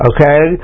Okay